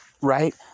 Right